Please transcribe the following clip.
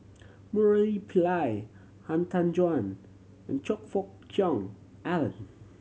Murali Pillai Han Tan Juan and Choe Fook Cheong Alan